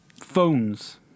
phones